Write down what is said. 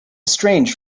strange